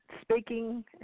speaking